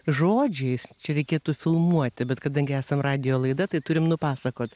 žodžiais čia reikėtų filmuoti bet kadangi esam radijo laida tai turim nupasakot